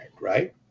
right